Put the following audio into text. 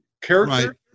character